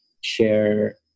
share